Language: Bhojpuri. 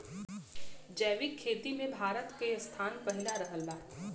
जैविक खेती मे भारत के स्थान पहिला रहल बा